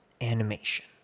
animation